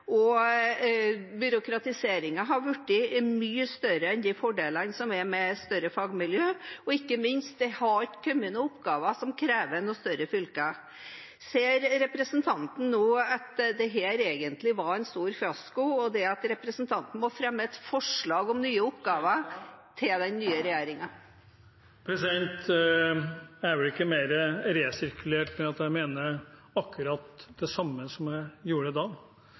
og byråkratiseringen har blitt mye større enn de fordelene som er med større fagmiljø, og – ikke minst – det har ikke kommet noen oppgaver som krever større fylker. Ser representanten nå at dette egentlig var en stor fiasko ved at representanten nå fremmer forslag om nye oppgaver til den nye regjeringen? Jeg er vel ikke mer resirkulert enn at jeg mener akkurat det samme som jeg gjorde da.